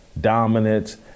dominance